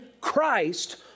Christ